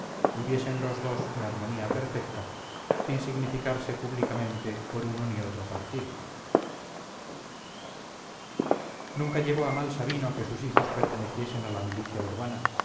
viviesen los dos en armonía perfecta sin significarse públicamente por uno ni otro partido nunca llevó a mal sabino que sus hijos perteneciesen a la milicia urbana